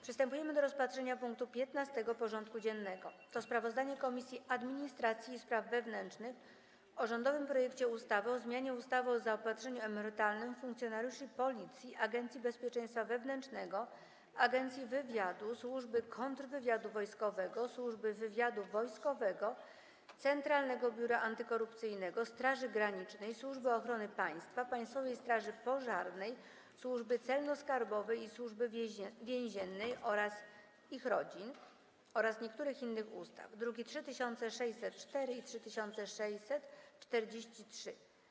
Przystępujemy do rozpatrzenia punktu 15. porządku dziennego: Sprawozdanie Komisji Administracji i Spraw Wewnętrznych o rządowym projekcie ustawy o zmianie ustawy o zaopatrzeniu emerytalnym funkcjonariuszy Policji, Agencji Bezpieczeństwa Wewnętrznego, Agencji Wywiadu, Służby Kontrwywiadu Wojskowego, Służby Wywiadu Wojskowego, Centralnego Biura Antykorupcyjnego, Straży Granicznej, Służby Ochrony Państwa, Państwowej Straży Pożarnej, Służby Celno-Skarbowej i Służby Więziennej oraz ich rodzin oraz niektórych innych ustaw (druki nr 3604 i 3643)